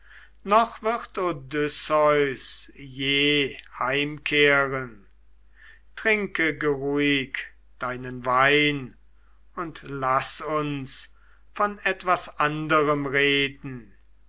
je heimkehren trinke geruhig deinen wein und laß uns von etwas anderem reden